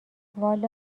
والا